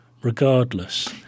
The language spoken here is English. regardless